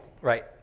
right